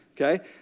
okay